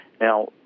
Now